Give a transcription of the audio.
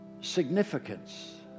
significance